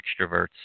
extroverts